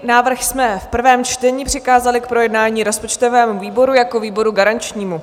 Návrh jsme v prvém čtení přikázali k projednání rozpočtovému výboru jako výboru garančnímu.